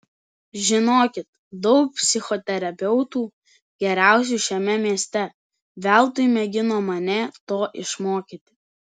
žinokit daug psichoterapeutų geriausių šiame mieste veltui mėgino mane to išmokyti